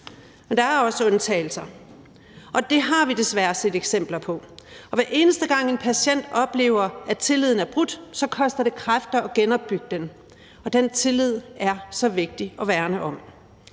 Men der er også undtagelser, og det har vi desværre set eksempler på, og hver eneste gang en patient oplever, at tilliden er brudt, så koster det kræfter at genopbygge den, og den tillid er så vigtig at værne om.